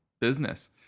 business